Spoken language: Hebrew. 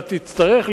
אתה תצטרך,